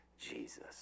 Jesus